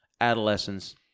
adolescence